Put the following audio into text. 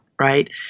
right